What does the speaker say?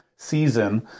season